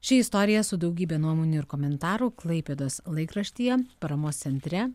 ši istorija su daugybe nuomonių ir komentarų klaipėdos laikraštyje paramos centre